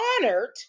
honored